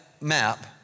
map